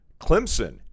Clemson